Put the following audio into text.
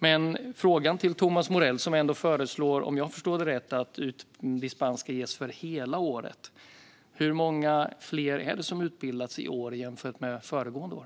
Om jag förstår Thomas Morell rätt föreslår han att dispens ska ges för hela året. Så än en gång: Hur många fler är det som har utbildats i år jämfört med föregående år?